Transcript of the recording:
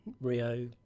Rio